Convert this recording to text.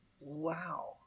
Wow